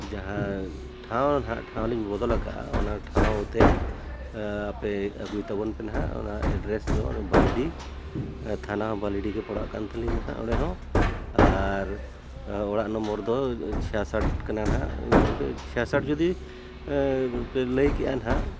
ᱡᱟᱦᱟᱸ ᱴᱷᱟᱶ ᱦᱟᱸᱜ ᱴᱷᱟᱶᱞᱤᱧ ᱵᱚᱫᱚᱞ ᱟᱠᱟᱜᱼᱟ ᱚᱱᱟ ᱴᱷᱟᱶᱛᱮ ᱟᱯᱮ ᱟᱹᱜᱩᱭ ᱛᱟᱵᱚᱱ ᱯᱮ ᱦᱟᱜ ᱚᱱᱟ ᱮᱰᱨᱮᱥ ᱫᱚ ᱵᱟᱹᱞᱤᱰᱤ ᱛᱷᱟᱱᱟ ᱦᱚᱸ ᱵᱟᱹᱞᱤᱰᱤ ᱜᱮ ᱯᱟᱲᱟᱜ ᱠᱟᱱ ᱛᱟᱞᱤᱧ ᱦᱟᱜ ᱚᱸᱰᱮ ᱦᱚᱸ ᱟᱨ ᱚᱲᱟᱜ ᱱᱚᱢᱵᱚᱨ ᱫᱚ ᱪᱷᱮᱭᱟ ᱥᱟᱴ ᱠᱟᱱᱟ ᱦᱟᱸᱜ ᱤᱱᱟᱹ ᱪᱷᱮᱭᱟ ᱥᱟᱴ ᱡᱩᱫᱤ ᱯᱮ ᱞᱟᱹᱭ ᱠᱮᱜᱼᱟ ᱦᱟᱸᱜ